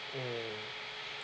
mm